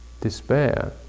despair